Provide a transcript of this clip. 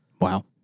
Wow